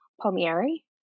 Palmieri